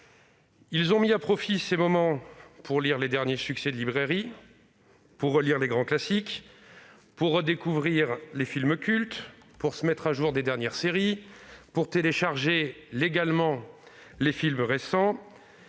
Ils ont mis à profit ces moments pour lire les derniers succès de librairie, relire les grands classiques, redécouvrir des films cultes, regarder les dernières séries, télécharger- légalement -les films récents